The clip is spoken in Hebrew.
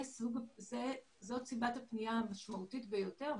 זאת סיבת הפנייה המשמעותית ביותר.